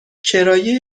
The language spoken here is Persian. کرایه